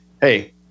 hey